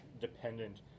dependent